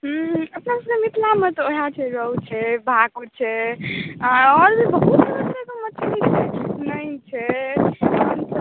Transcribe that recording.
हुँ अपन सबके मिथिलामे तऽ वएह छै रोहु छै भाकुर छै आओर बहुत रङ्गके मछली नहि छै